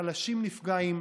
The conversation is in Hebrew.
החלשים נפגעים.